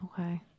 okay